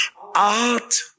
Art